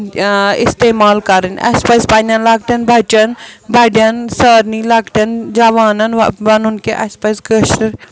استعمال کَرٕنۍ اَسہِ پَزِ پَنٛنٮ۪ن لۄکٹٮ۪ن بَچَن بَڑٮ۪ن سارِنی لۄکٹٮ۪ن جَوانَن وَ وَنُن کہِ اَسہِ پَزِ کٲشِر